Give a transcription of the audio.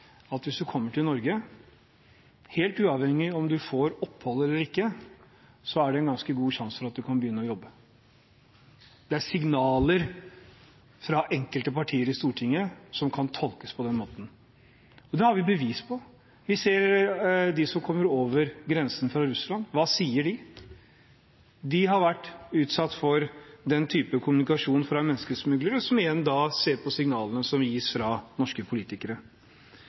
at hvis man kommer til Norge, helt uavhengig av om man får opphold eller ikke, er det en ganske god sjanse for at man kan begynne å jobbe. Det er signaler fra enkelte partier i Stortinget som kan tolkes på den måten. Det har vi bevis på. Vi ser de som kommer over grensen fra Russland. Hva sier de? De har vært utsatt for den type kommunikasjon fra menneskesmuglere, som igjen ser på signalene som gis fra norske politikere.